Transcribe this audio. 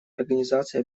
организации